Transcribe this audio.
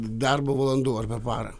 darbo valandų ar per parą